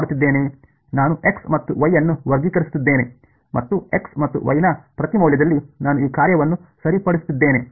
ನಾನು x ಮತ್ತು y ಅನ್ನು ವರ್ಗೀಕರಿಸುತ್ತಿದ್ದೇನೆ ಮತ್ತು x ಮತ್ತು y ನ ಪ್ರತಿ ಮೌಲ್ಯದಲ್ಲಿ ನಾನು ಈ ಕಾರ್ಯವನ್ನು ಸರಿಪಡಿಸುತ್ತಿದ್ದೇನೆ